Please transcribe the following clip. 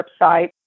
website